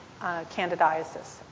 candidiasis